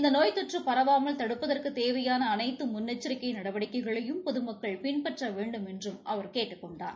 இந்த நோய் தொற்று பரவாமல் தடுப்பதற்கு தேவையான அனைத்து முன்னெச்சிக்கை நடவடிக்கைகளையும் பொதுமக்கள் பின்பற்ற வேண்டுமென்றும் அவர் கேட்டுக் கொண்டார்